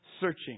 searching